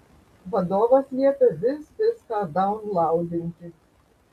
vadovas liepia vis viską daunlaudinti